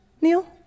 Neil